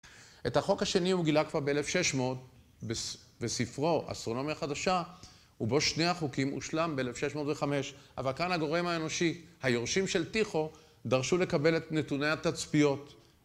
את החוק השני הוא גילה כבר ב-1600, בספרו אסטרונומיה חדשה, ובו שני החוקים הושלם ב-1605. אבל כאן הגורם האנושי, היורשים של טיחו דרשו לקבל את נתוני התצפיות.